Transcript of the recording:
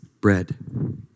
bread